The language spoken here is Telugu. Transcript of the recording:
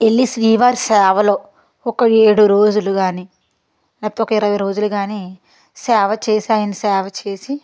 వెళ్ళి శ్రీవారి సేవలో ఒక ఏడు రోజులు కాని లేకపోతే ఇరవై రోజులు కాని సేవ చేసి ఆయన సేవ చేసి